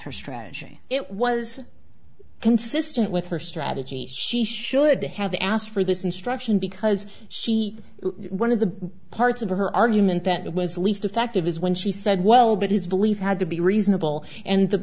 her strategy it was consistent with her strategy she should have asked for this instruction because she one of the parts of her argument that was least effective is when she said well but his belief had to be reasonable and the